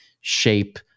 shape